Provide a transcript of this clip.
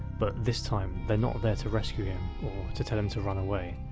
but this time, they're not there to rescue him, or to tell him to run away.